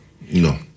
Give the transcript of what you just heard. No